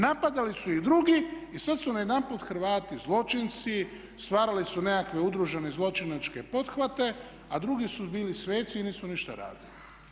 Napadali su ih drugi i sad su najedanput Hrvati zločinci, stvarali su nekakve udružene zločinačke pothvate a drugi su bili sveci i nisu ništa radili.